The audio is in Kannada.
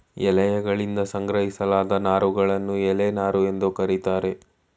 ಎಲೆಯಗಳಿಂದ ಸಂಗ್ರಹಿಸಲಾದ ನಾರುಗಳನ್ನು ಎಲೆ ನಾರು ಎಂದು ಕರೀತಾರೆ